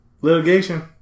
Litigation